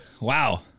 Wow